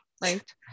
right